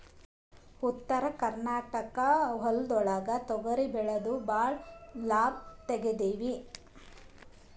ಉತ್ತರ ಕರ್ನಾಟಕ ಹೊಲ್ಗೊಳ್ದಾಗ್ ತೊಗರಿ ಭಾಳ್ ಬೆಳೆದು ಭಾಳ್ ಲಾಭ ತೆಗಿತೀವಿ